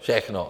Všechno.